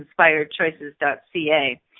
inspiredchoices.ca